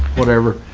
whatever,